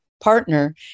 partner